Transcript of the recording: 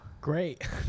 Great